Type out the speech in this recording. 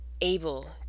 able